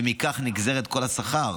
ומכך נגזר כל השכר: